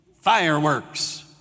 Fireworks